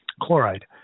chloride